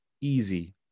easy